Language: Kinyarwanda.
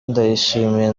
ndayishimiye